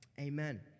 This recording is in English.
Amen